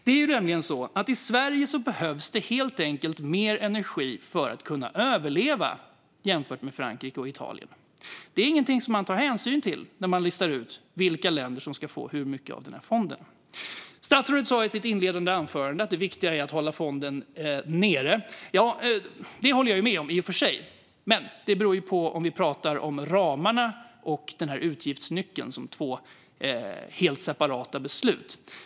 Det är nämligen så att det i Sverige helt enkelt behövs mer energi för att överleva, jämfört med i Frankrike och Italien. Detta är inget man tar hänsyn till när man listar ut vilka länder som ska få medel från fonden och hur mycket. Statsrådet sa i sitt inledande anförande att det viktiga är att hålla fonden nere. Det håller jag med om, i och för sig. Men det beror på om vi pratar om ramarna och utgiftsnyckeln som två helt separata beslut.